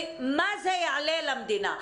וכמה זה יעלה למדינה.